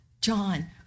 John